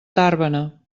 tàrbena